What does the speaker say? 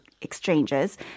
Exchanges